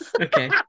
okay